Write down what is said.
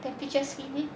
temperature screen leh